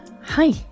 hi